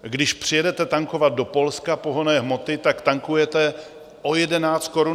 Když přijedete tankovat do Polska pohonné hmoty, tak tankujete o 11 korun méně.